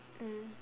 mm